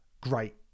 great